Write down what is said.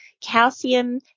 calcium